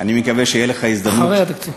אחרי התקציב?